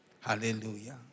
Hallelujah